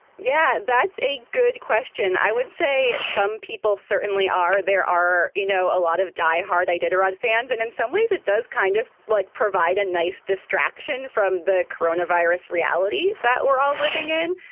yeah, that's a good question. i would say some people certainly are. there are, you know, a lot of die hard. they did a-rod fans. and in some ways it does kind of like provide a nice distraction from the corona virus reality that we're all living in.